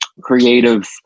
creative